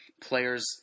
players